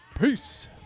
Peace